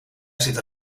zit